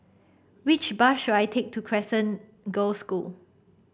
which bus should I take to Crescent Girls' School